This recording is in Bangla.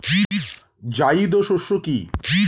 জায়িদ শস্য কি?